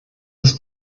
das